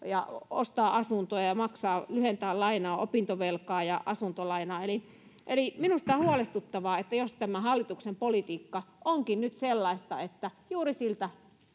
ja ostaa asuntoa ja lyhentää lainaa opintovelkaa ja asuntolainaa eli eli minusta on huolestuttavaa jos tämä hallituksen politiikka onkin nyt sellaista että juuri